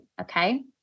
Okay